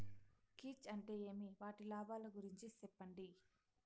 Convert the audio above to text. కీచ్ అంటే ఏమి? వాటి లాభాలు గురించి సెప్పండి?